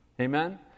Amen